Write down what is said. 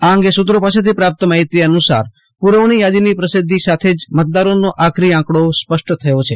આ અંગે સુત્રો પાસેથી પ્રાપ્ત માહિતી અનુસાર પુરવણી યાદીની પ્રસિધ્ધી સાથે જ મતદારોનો આખરી આંકડો સ્પષ્ટ થયો છે